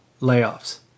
layoffs